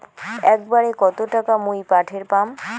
একবারে কত টাকা মুই পাঠের পাম?